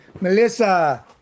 Melissa